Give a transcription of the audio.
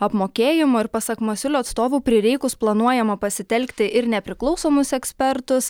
apmokėjimo ir pasak masiulio atstovų prireikus planuojama pasitelkti ir nepriklausomus ekspertus